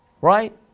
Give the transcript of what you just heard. right